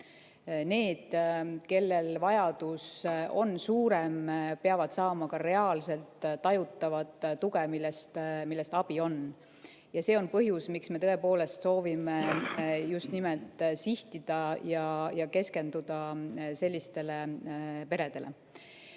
Need, kellel vajadus on suurem, peavad saama ka reaalselt tajutavat tuge, millest abi on. Ja see on põhjus, miks me tõepoolest soovime just nimelt sihtida ja keskenduda sellistele peredele.